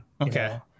Okay